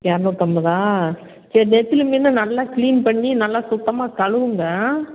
இரநூத்தம்பதா சரி நெத்தலி மீன் நல்லா க்ளீன் பண்ணி நல்லா சுத்தமாக கழுவுங்க